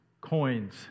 coins